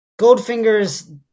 Goldfinger's